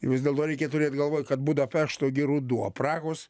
vis dėlto reikia turėt galvoj kad budapešto ruduo prahos